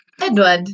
Edward